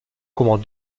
comment